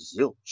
Zilch